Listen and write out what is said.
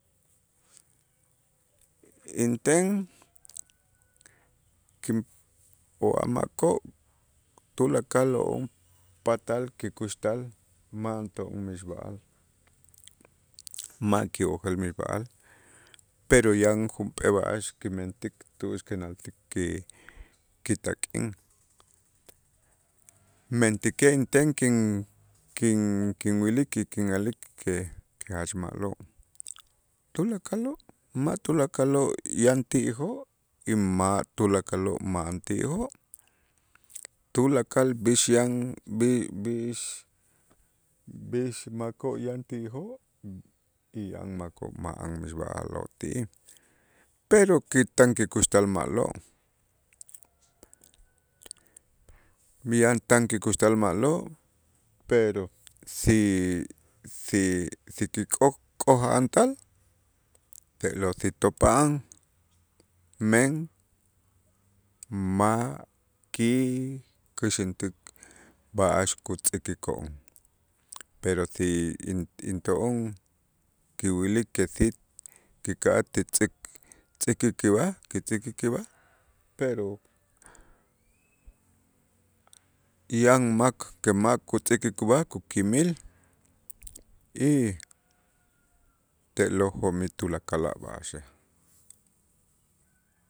Inten kinp'o'aj makoo' tulakalo'on patal kikuxtal ma' anto'on mixb'a'al max kiwojel mixb'a'al, pero yan junp'ee b'a'ax kimentik tu'ux kanaalsik ki- kitak'in, mentäkej inten kin- kin- kinwilik ki- kin'a'lik que jach ma'lo' tulakaloo' ma' tulakaloo' yan ti'ijoo' y ma' tulakaloo' ma'an ti'ijoo' tulakal b'ix yan b'i- b'ix- b'ix makoo' yan ti'ijoo' yan makoo' ma'an mixb'a'aloo' ti'ij, pero kitan kikuxtal ma'lo', yan tan kikuxtal ma'lo', pero si si si kik'o- kik'oja'antal te'lo' si topa'an, men ma' kikäxäntik b'a'ax kutz'ikiko'on, pero si in- into'on kiwilik que si kika'aj ti tz'äkik kib'aj, kitz'äk kib'aj, pero yan mak que mak kutz'äkik kib'aj kukimil y te'lo' jo'mij tulakal a' b'a'axej.